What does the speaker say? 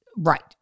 Right